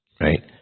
right